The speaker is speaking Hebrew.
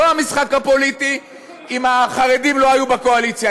לא המשחק הפוליטי אם החרדים לא היו בקואליציה.